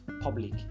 public